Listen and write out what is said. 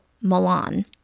Milan